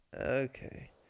Okay